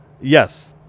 yes